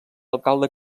alcalde